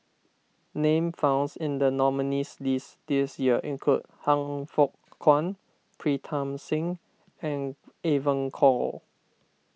Name founds in the nominees' list this year include Han Fook Kwang Pritam Singh and Evon Kow